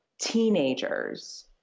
teenagers